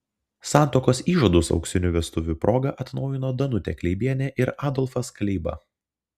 santuokos įžadus auksinių vestuvių proga atnaujino danutė kleibienė ir adolfas kleiba